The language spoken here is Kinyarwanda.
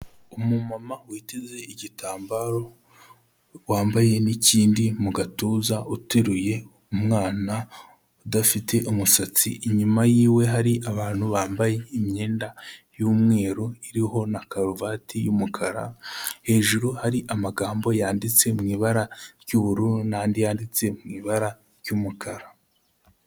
Umumama witeze igitambaro wambaye n'ikindi mu gatuza uteruye umwana udafite umusatsi, inyuma yiwe hari abantu bambaye imyenda y'umweru iriho na karuvati y'umukara, hejuru hari amagambo yanditse mu ibara ry'ubururu n'andi yanditse mu ibara ry'umukara.